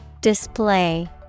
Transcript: Display